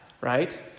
right